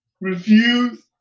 refuse